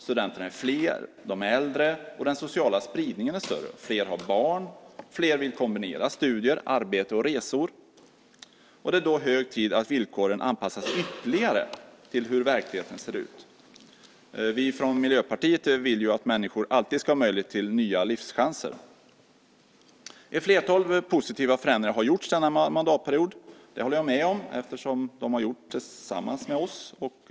Studenterna är fler och äldre, och den sociala spridningen är större. Fler har barn, och fler vill kombinera studier, arbete och resor. Det är då hög tid att villkoren anpassas ytterligare till hur verkligheten ser ut. Vi från Miljöpartiet vill att människor alltid ska ha möjlighet till nya livschanser. Ett flertal positiva förändringar har gjorts denna mandatperiod. Det håller jag med om. De har gjorts tillsammans med oss.